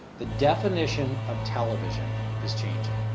the definition of television is changing.